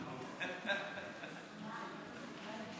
בהזדמנות